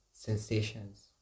sensations